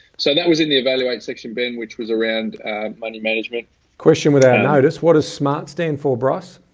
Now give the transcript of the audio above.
so that was in the evaluate section, ben, which was around money management question without notice. what does smarts stand for bryce?